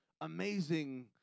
amazing